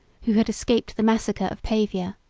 who had escaped the massacre of pavia,